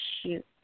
shoot